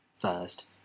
First